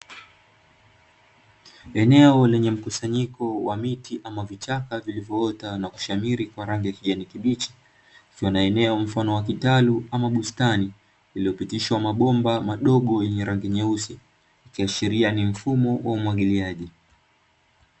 Eneo lenye mkusanyiko wa miti ama vichaka, vilivyoota na kushamiri kwa rangi ya kijani kibichi, ikiwa na eneo mfano wa kitalu ama bustani lililopitishwa mambomba madogo yenye rangi nyeusi ikiashiria ni mfumo wa umwagiliaji.